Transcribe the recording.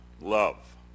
love